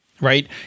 right